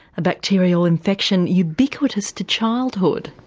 a bacterial infection ubiquitous to childhood?